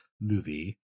movie